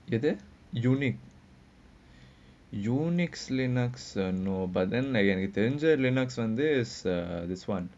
but then unique Unix Linux ah no but then like you attended Linux like this uh this [one]